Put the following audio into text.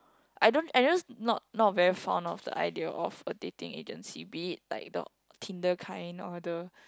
I don't I just not not very fond of the idea of a dating agency be it like the Tinder kind or the